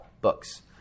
books